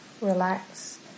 relax